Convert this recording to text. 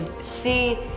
see